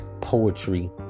poetry